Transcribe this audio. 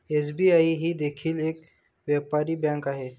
SBI ही देखील एक व्यापारी बँक आहे